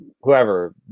whoever